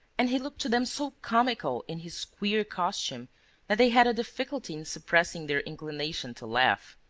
and he looked to them so comical in his queer costume that they had a difficulty in suppressing their inclination to laugh.